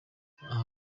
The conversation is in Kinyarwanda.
ahakana